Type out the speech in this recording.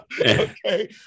okay